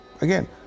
Again